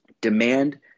Demand